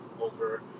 over